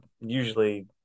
usually